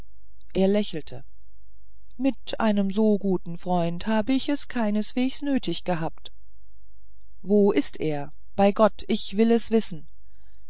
er lächelte mit einem so guten freund hab ich es keineswegs nötig gehabt wo ist er bei gott ich will es wissen